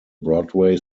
broadway